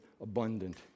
abundant